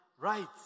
rights